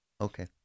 Okay